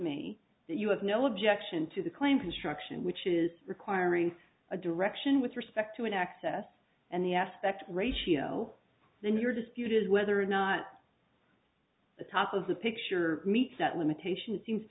that you have no objection to the claimed construction which is requiring a direction with respect to an access and the aspect ratio then your dispute is whether or not the top of the picture meat that limitation seems to